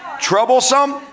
troublesome